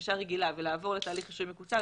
כבקשה רגילה ולעבור לתהליך רישוי מקוצר,